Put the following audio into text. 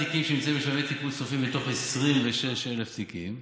11 תיקים שנמצאים בשלבי טיפול סופיים מתוך 26,000 תיקים,